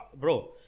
bro